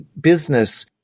business